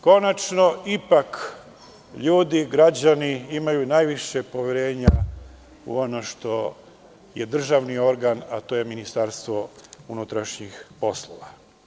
Konačno, ljudi, građani imaju najviše poverenja u ono što je državni organ, a to je Ministarstvo unutrašnjih poslova.